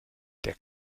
der